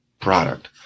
product